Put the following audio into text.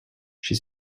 she